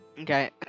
Okay